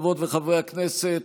חברות וחברי הכנסת,